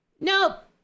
Nope